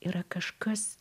yra kažkas